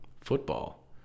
football